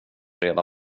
reda